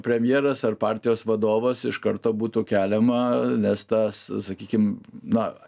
premjeras ar partijos vadovas iš karto būtų keliama nes tas sakykim na